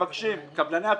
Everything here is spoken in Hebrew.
-- מבקשים, קבלני הפיגום,